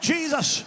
Jesus